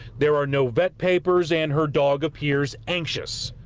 there are no vet papers and her dog appears anxious.